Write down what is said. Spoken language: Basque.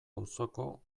auzoko